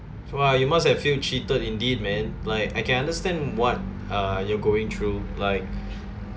!wah! you must have feel cheated indeed man like I can understand what uh you're going through like